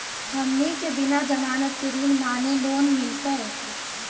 हमनी के बिना जमानत के ऋण माने लोन मिलतई?